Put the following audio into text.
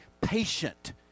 patient